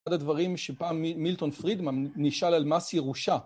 אחד הדברים שפעם מילטון פרידמן נשאל על מס ירושה